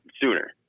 sooner